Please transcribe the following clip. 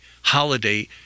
holiday